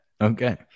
Okay